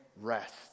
rest